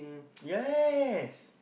yes